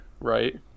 right